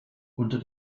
unter